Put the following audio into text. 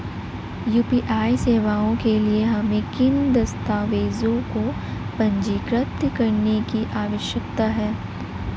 UPI सेवाओं के लिए हमें किन दस्तावेज़ों को पंजीकृत करने की आवश्यकता है?